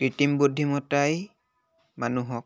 কৃত্ৰিম বুদ্ধিমত্ত্বাই মানুহক